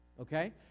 Okay